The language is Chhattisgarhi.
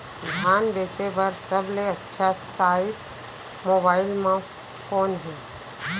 धान बेचे बर सबले अच्छा साइट मोबाइल म कोन हे?